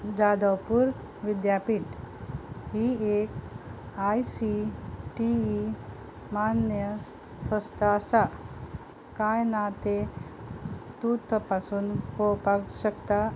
जादवपूर विद्यापीठ हीए आयसीटीई मान्य सोस्ता आसा कांय ना तें तूं तपासून पळोवपाक शकता